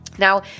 Now